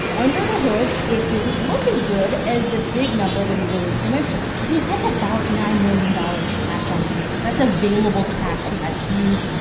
under the hood, it didn't look as good as the big number that he released initially he has about nine million dollars cash on hand. that's available cash he has to use.